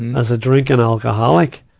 as a drinking alcoholic,